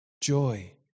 joy